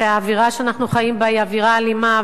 שהאווירה שאנחנו חיים בה היא אווירה אלימה,